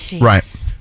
right